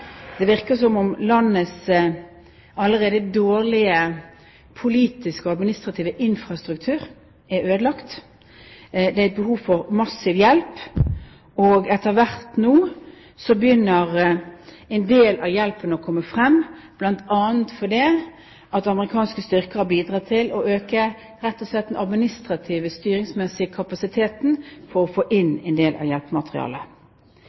ødelagt. Det er et behov for massiv hjelp, og etter hvert nå begynner en del av hjelpen å komme frem, bl.a. fordi amerikanske styrker har bidratt til å øke den administrative styringsmessige kapasiteten for å få inn en del av hjelpematerialet.